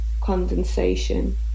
Condensation